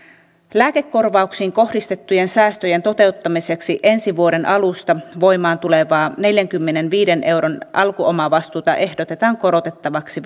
lääkekorvauksiin kohdistettujen säästöjen toteuttamiseksi ensi vuoden alusta voimaan tulevaa neljänkymmenenviiden euron alkuomavastuuta ehdotetaan korotettavaksi